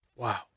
Wow